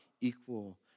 equal